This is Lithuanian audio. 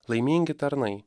laimingi tarnai